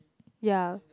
ya